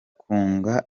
kunga